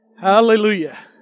Hallelujah